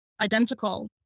identical